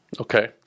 Okay